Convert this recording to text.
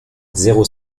zéro